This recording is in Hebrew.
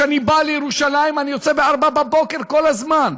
כשאני בא לירושלים אני יוצא ב-04:00 כל הזמן,